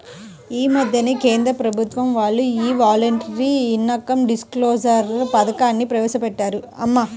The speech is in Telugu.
యీ మద్దెనే కేంద్ర ప్రభుత్వం వాళ్ళు యీ వాలంటరీ ఇన్కం డిస్క్లోజర్ పథకాన్ని ప్రవేశపెట్టారు